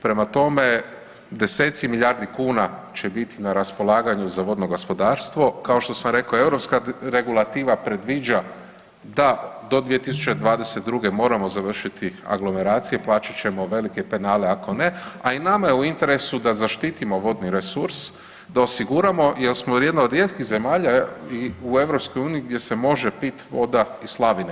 Prema tome desetci milijardi kuna će biti na raspolaganju za vodno gospodarstvo, kao što sam rekao europska regulativa predviđa da o 2022. moramo završiti aglomeracije, plaćat ćemo velike penale ako ne, a i nama je u interesu da zaštitimo vodni resurs, da osiguramo jel smo jedna od rijetkih zemalja u EU gdje se može piti voda iz slavine.